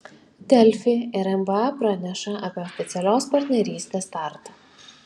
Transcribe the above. delfi ir nba praneša apie oficialios partnerystės startą